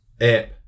app